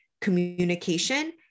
communication